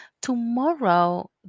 tomorrow